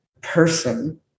person